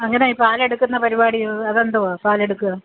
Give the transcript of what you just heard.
അങ്ങനെ പാലെടുക്കുന്ന പരിപാടി അതെന്തുവാ പാലെടുക്കുക